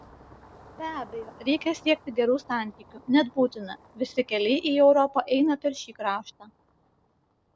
be abejo reikia siekti gerų santykių net būtina visi keliai į europą eina per šį kraštą